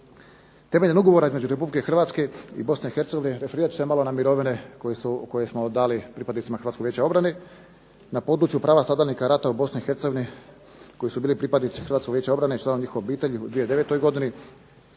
Temeljem ugovora između Republike Hrvatske i Bosne i Hercegovine referirat ću se malo na mirovine koje smo dali pripadnicima Hrvatskog vijeća obrane. Na području prava stradalnika rata u Bosni i Hercegovini koji su bili pripadnici Hrvatskog vijeća obrane i članovi njihovih obitelji u 2009. godini